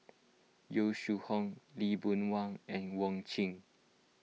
Yong Shu Hoong Lee Boon Wang and Wong